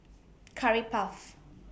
Curry Puff